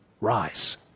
rise